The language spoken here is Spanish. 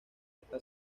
está